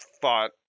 thought